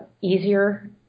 easier